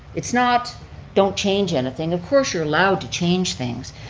it's not don't change anything, of course you're allowed to change things,